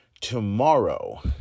tomorrow